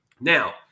Now